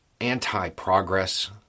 anti-progress